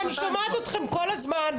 ואני שומעת אתכם כל הזמן,